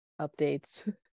updates